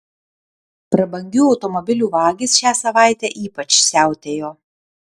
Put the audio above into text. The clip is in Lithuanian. prabangių automobilių vagys šią savaitę ypač siautėjo